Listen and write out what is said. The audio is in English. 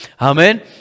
amen